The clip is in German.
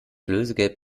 lösegeld